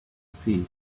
see